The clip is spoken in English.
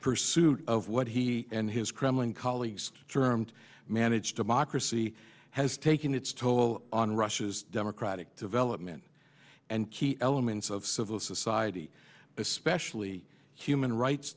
pursuit of what he and his kremlin colleagues termed managed democracy has taken its toll on russia's democratic development and key elements of civil society especially human rights